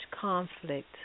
conflict